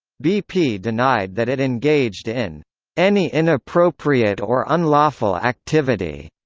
bp denied that it engaged in any inappropriate or unlawful activity.